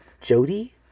Jody